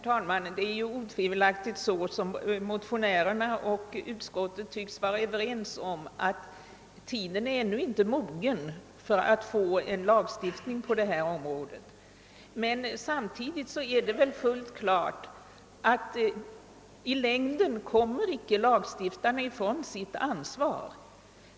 Herr talman! Det är otvivelaktigt så — vilket motionärerna och utskottet tycks vara överens om — att tiden ännu inte är mogen för en lagstiftning på detta område. Men samtidigt är det väl fullt klart att lagstiftarna i längden icke kommer ifrån sitt ansvar.